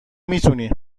میتونی